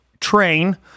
train